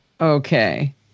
Okay